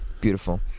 Beautiful